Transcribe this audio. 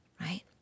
right